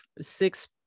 six